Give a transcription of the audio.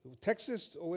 Texas